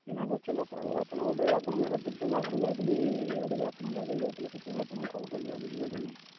ଚିହ୍ନା ପରିଚୟ ଲୋକ ଆଉ ଆପଣ ଗୋଟେ ଆପଣଙ୍କ ସାଥିରେ ତ ମୁଁ ଆଗରୁ ଯାଇଥିଲି ଗାଡ଼ିରେ ଆପଣଙ୍କ ଗାଡ଼ିରେ ଯାଇଥିଲି ସେଥିପାଇଁ ଆପଣଙ୍କୁ କଲ୍ କଲି ଆଉ ବୁଝିପାରିଲେ କି ନାହିଁ